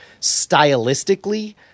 stylistically